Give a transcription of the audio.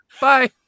Bye